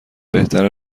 بهتره